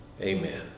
Amen